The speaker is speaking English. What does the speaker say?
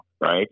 right